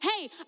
hey